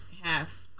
half